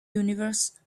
universe